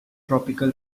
tropical